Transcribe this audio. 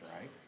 right